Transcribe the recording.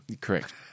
Correct